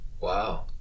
Wow